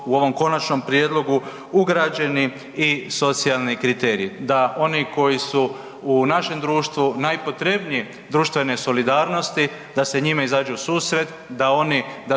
u ovom konačnom prijedlogu ugrađeni i socijalni kriteriji, da oni koji su u našem društvu najpotrebnije društvene solidarnosti, da se njime izađe u susret, da oni,